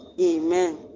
Amen